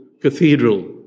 Cathedral